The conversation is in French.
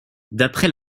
d’après